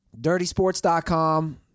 Dirtysports.com